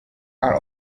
are